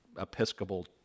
Episcopal